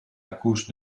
accouche